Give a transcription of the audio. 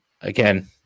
again